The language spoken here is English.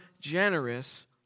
generous